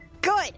Good